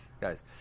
guys